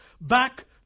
back